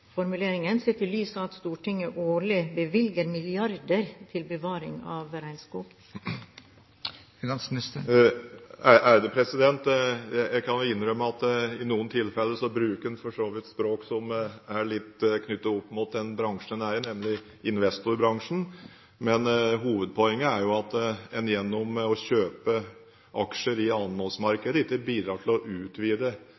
formuleringen, sett i lys av at Stortinget årlig bevilger milliarder til bevaring av regnskog. Jeg kan innrømme at i noen tilfeller bruker man språk som er litt knyttet opp mot den bransjen man er i, nemlig investorbransjen. Hovedpoenget er at man gjennom å kjøpe aksjer i